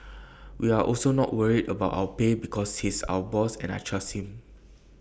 we are also not worried about our pay because he's our boss and I trust him